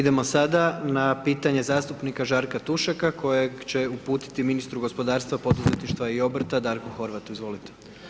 Idemo sada na pitanje zastupnika Žarka Tušeka kojeg će uputiti ministru gospodarstva, poduzetništva i obrta Darku Horvatu, izvolite.